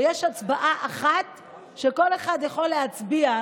יש הצבעה אחת שכל אחד יכול להצביע,